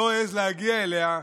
לא העז להגיע אליה,